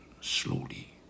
Slowly